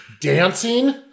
Dancing